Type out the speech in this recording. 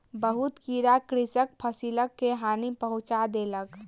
बहुत कीड़ा कृषकक फसिल के हानि पहुँचा देलक